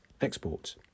exports